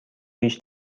ریش